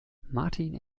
martin